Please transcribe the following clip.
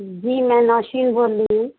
جی میں نوشین بول رہی ہوں